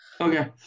Okay